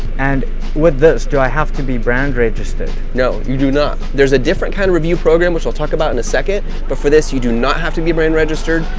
and with this, do i have to be brand registered? no, you do not. there's a different kind of review program which i'll talk about in a second but for this, you do not have to be brand registered,